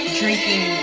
drinking